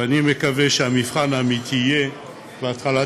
ואני מקווה שהמבחן האמיתי יהיה בהתחלת